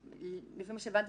לפי מה שהבנתי,